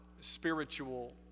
Spiritual